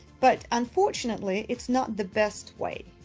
but, unfortunately, it's not the best way.